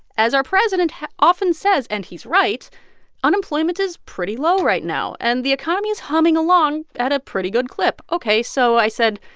as our president often says and he's right unemployment is pretty low right now. and the economy is humming along at a pretty good clip. ok. so i said,